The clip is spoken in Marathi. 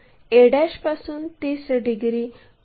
तर a पासून 30 डिग्री कोन घ्या